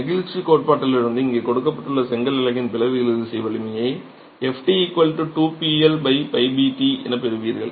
நெகிழ்ச்சிக் கோட்பாட்டிலிருந்து இங்கே கொடுக்கப்பட்டுள்ள செங்கல் அலகின் பிளவு இழுவிசை வலிமையை எனப் பெறுவீர்கள்